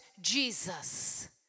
Jesus